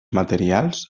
materials